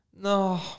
No